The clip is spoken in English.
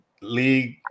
League